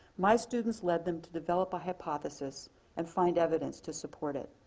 my students led them to develop a hypothesis and find evidence to support it.